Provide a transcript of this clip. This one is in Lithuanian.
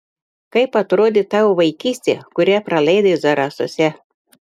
kaip atrodė tavo vaikystė kurią praleidai zarasuose